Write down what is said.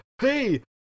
hey